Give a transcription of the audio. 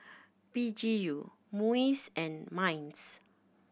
P G U MUIS and MINDS